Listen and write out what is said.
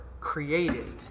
created